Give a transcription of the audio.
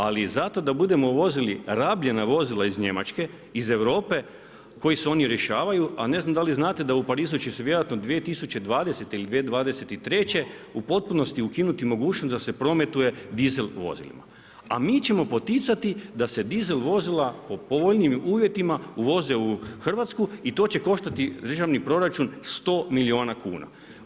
Ali zato da budemo vozili rabljena vozila iz Njemačke, iz Europe kojih se oni rješavaju, a ne znam da li znate da u Parizu će se vjerojatno 2020. ili 2023. u potpunosti ukinuti mogućnost da se prometuje dizel vozilima, a mi ćemo poticati da se dizel vozila po povoljnijim uvjetima uvoze u Hrvatsku i to će koštati državni proračun 100 milijuna kuna.